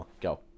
go